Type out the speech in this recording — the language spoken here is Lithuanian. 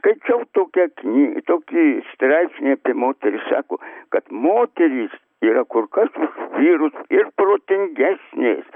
skaičiau tokia kny tokį straipsnį apie moteris sako kad moterys yra kur kas už vyrus ir protingesnės